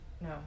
No